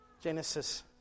Genesis